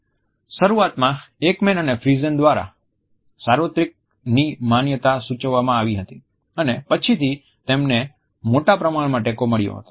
શરૂઆતમાં એકમેન અને ફ્રીઝેન દ્વારા સાર્વત્રિકની માન્યતા સૂચવવામાં આવી હતી અને પછીથી તેમને મોટા પ્રમાણમાં ટેકો મળ્યો હતો